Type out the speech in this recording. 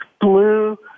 blue